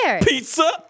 Pizza